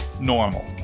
normal